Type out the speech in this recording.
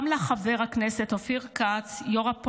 גם לחבר הכנסת אופיר כץ, יו"ר הקואליציה,